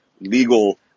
legal